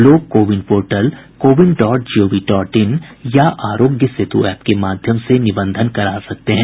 लोग CoWIN portal CoWIN dot G O V dot in या Aarogya Setu app के माध्यम से निबंधन करा सकते हैं